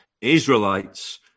Israelites